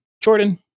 Jordan